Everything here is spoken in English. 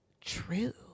true